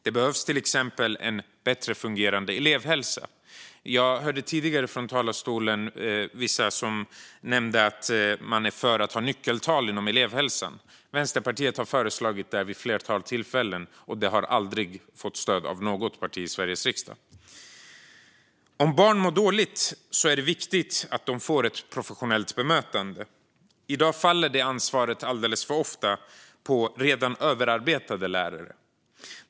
Det behövs till exempel en bättre fungerande elevhälsa. Jag hörde tidigare vissa som från talarstolen nämnde att de var för att ha nyckeltal inom elevhälsan. Vänsterpartiet har föreslagit detta vid ett flertal tillfällen, men det har aldrig fått stöd av något parti i Sveriges riksdag. Om barn mår dåligt är det viktigt att de får ett professionellt bemötande. I dag faller det ansvaret alldeles för ofta på redan överarbetade lärare.